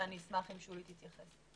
שאשמח אם שולי להתייחס.